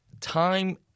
time